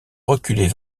reculer